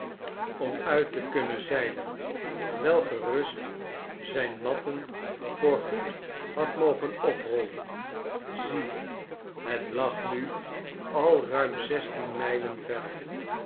om uit te kunnen zeilen wel gerust zijn matten voorgoed had mogen oprollen zie het lag nu al ruim zestien mijlen verder